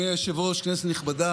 בבקשה.